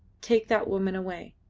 take that woman away.